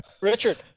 Richard